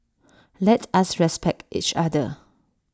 let us respect each other